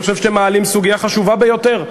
אני חושב שאתם מעלים סוגיה חשובה ביותר.